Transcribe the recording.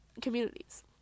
communities